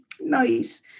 nice